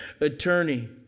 attorney